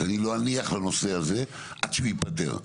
שאני לא אניח לנושא הזה עד שהוא ייפתר.